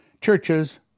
Churches